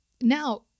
Now